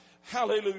Hallelujah